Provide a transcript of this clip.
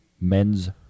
men's